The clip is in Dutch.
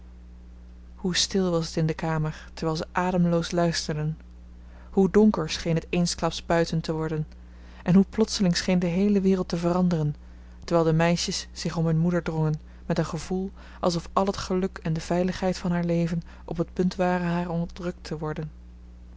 hoe stil was het in de kamer terwijl ze ademloos luisterden hoe donker scheen het eensklaps buiten te worden en hoe plotseling scheen de heele wereld te veranderen terwijl de meisjes zich om hun moeder drongen met een gevoel alsof al het geluk en de veiligheid van haar leven op het punt waren haar ontrukt te worden